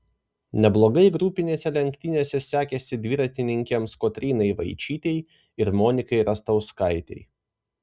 neblogai grupinėse lenktynėse sekėsi dviratininkėms kotrynai vaičytei ir monikai rastauskaitei